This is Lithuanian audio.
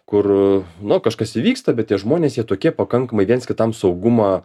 kur nu kažkas įvyksta bet tie žmonės jie tokie pakankamai viens kitam saugumą